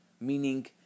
meaning